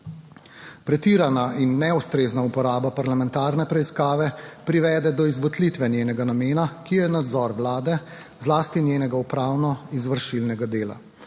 Pretirana in neustrezna uporaba parlamentarne preiskave privede do izvotlitve njenega namena, ki je nadzor Vlade, zlasti njenega upravno izvršilnega dela.